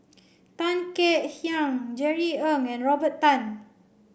Tan Kek Hiang Jerry Ng and Robert Tan